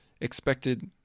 expected